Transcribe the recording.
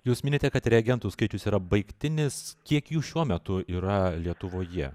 jūs minite kad reagentų skaičius yra baigtinis kiek jų šiuo metu yra lietuvoje